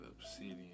obsidian